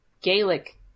Gaelic